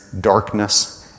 darkness